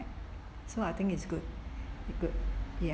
so I think is good good ya